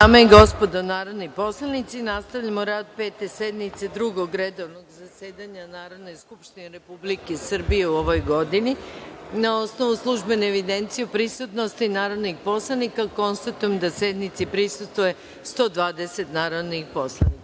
dame i gospodo narodni poslanici, nastavljamo rad Pete sednice Drugog redovnog zasedanja Narodne skupštine Republike Srbije u ovoj godini. Na osnovu službene evidencije o prisutnosti narodnih poslanika, konstatujem da sednici prisustvuje 120 narodnih poslanika. Radi